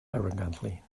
arrogantly